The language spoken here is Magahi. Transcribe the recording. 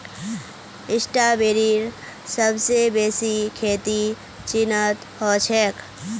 स्ट्रॉबेरीर सबस बेसी खेती चीनत ह छेक